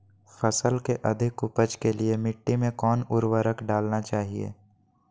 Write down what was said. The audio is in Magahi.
फसल के अधिक उपज के लिए मिट्टी मे कौन उर्वरक डलना चाइए?